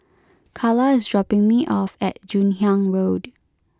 Carla is dropping me off at Joon Hiang Road